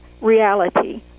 reality